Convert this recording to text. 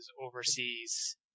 overseas